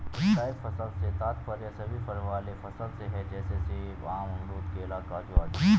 स्थायी फसल से तात्पर्य सभी फल वाले फसल से है जैसे सेब, आम, अमरूद, केला, काजू आदि